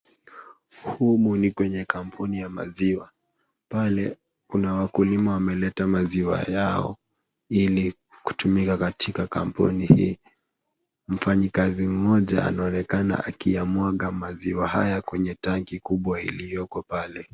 Humu ni kwenye kampuni ya maziwa. Pale kuna wakulima wameleta maziwa yao ili kutumika katika kampuni hii. Mfanyikazi mmoja anaonekana akiyamwaga maziwa haya kwenye tanki kubwa iliyoko pale.